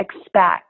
expect